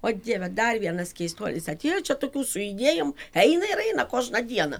o dieve dar vienas keistuolis atėjo čia tokių su idėjom eina ir eina kožną dieną